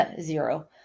Zero